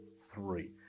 three